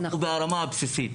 או אפילו ברמה בסיסית.